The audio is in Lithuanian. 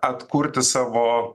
atkurti savo